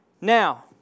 Now